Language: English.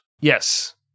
Yes